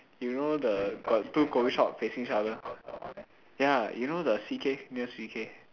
you know the got two coffeeshop facing each other ya you know the C_K near C_K